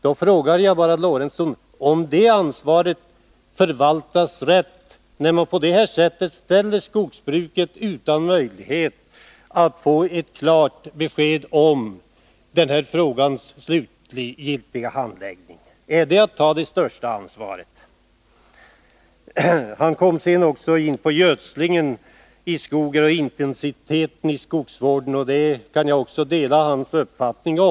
Jag frågar Sven Eric Lorentzon om det ansvaret förvaltas rätt, när man på detta sätt ställer de inom skogsbruket verksamma utan möjlighet att få klart besked om denna frågas slutgiltiga handläggning. Är det att ta det största ansvaret? Sven Eric Lorentzon kom sedan in på gödslingen i skogen och intensiteten i 137 skogsvården. Även här kan jag dela hans uppfattning.